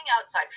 outside